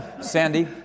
Sandy